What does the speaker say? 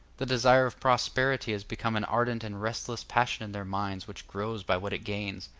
the desire of prosperity is become an ardent and restless passion in their minds which grows by what it gains.